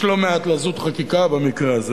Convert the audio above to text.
יש לא מעט לזות חקיקה במקרה הזה,